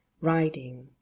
riding